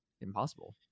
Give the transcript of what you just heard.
impossible